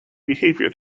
behavior